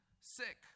sick